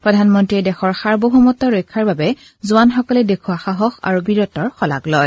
প্ৰধানমন্ত্ৰীয়ে দেশৰ সাৰ্বভৌমত্ব ৰক্ষাৰ বাবে জোৱানসকলে দেখুওৱা সাহস আৰু বীৰত্বৰ শলাগ লয়